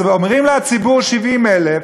אז אומרים לציבור: 70,000,